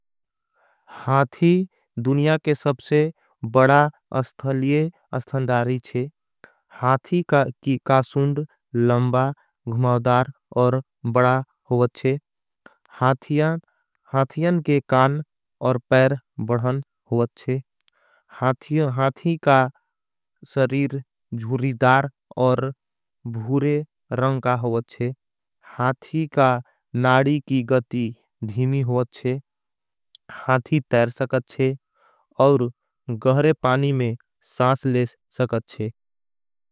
हाथी दुनिया के सबसे बड़ा अस्थलिय अस्थनदारी छे। हाथी का सुन्द लंबा घुमावदार और बड़ा होगचे हाथियन। के कान और पैर बढ़न होगचे हाथी का सरीर जुरिदार। और भूरे रंका होगचे हाथी का नाडी की गती धीमी होगचे। हाथी तैर सकचे और गहरे पानी में सांस ले सकचे।